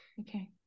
okay